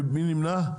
מי נמנע?